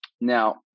Now